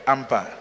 Ampa